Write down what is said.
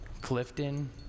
Clifton